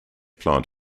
plant